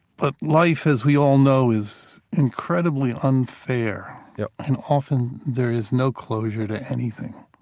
but life, as we all know, is incredibly unfair yeah and often there is no closure to anything.